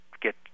get